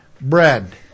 bread